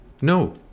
No